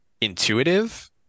intuitive